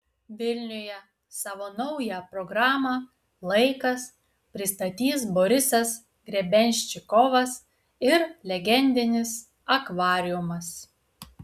vilniuje savo naują programą laikas pristatys borisas grebenščikovas ir legendinis akvariumas